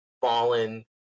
Fallen